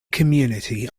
community